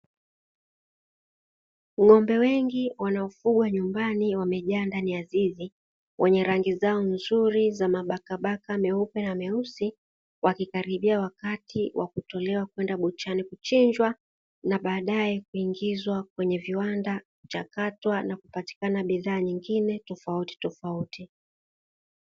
Ng'ombe wengi wanaofugwa nyumbani wamejaa ndani ya zizi wenye rangi zao nzuri za mabakabaka meupe na meusi, wakikaribia wakati wa kutolewa kwenda buchani kuchinjwa na baadaye kuingizwa kwenye viwanda kuchakatwa na kupatikana bidhaa nyingine tofauti tofauti.